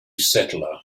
settler